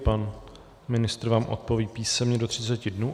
Pan ministr vám odpoví písemně do 30 dnů.